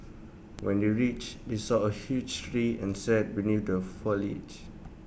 when they reached they saw A huge tree and sat beneath the foliage